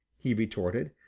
he retorted.